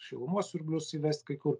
šilumos siurblius įvest kai kur